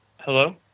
Hello